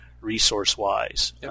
resource-wise